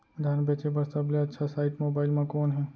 धान बेचे बर सबले अच्छा साइट मोबाइल म कोन हे?